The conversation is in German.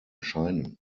erscheinen